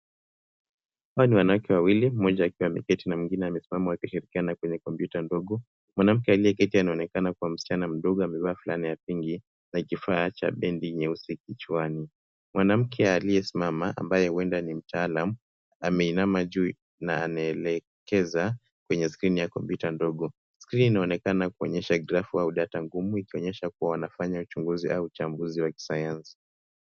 Hawa ni wanawake wawili, mmoja akiwa ameketi na mwingine amesimama wakishirikiana kwenye kompyuta ndogo. Mwanamke aliyeketi anaonekana kuwa msichana mdogo amevaa fulana ya pink na kifaa na band nyeusi kichwani. Mwanamke aliyesimama ambaye huenda ni mtaalam ameinama na anaelekeza kwenye skrini ya kompyuta ndogo. Skrini inaonekana kuonyesha grafu au data ngumu ikionyesha kuwa wanafanya uchunguzi au uchambuzi wa kisanyansi.